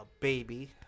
Baby